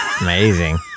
amazing